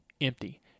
empty